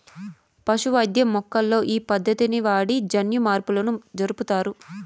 పశు వైద్యం మొక్కల్లో ఈ పద్దతిని వాడి జన్యుమార్పులు జరుపుతారు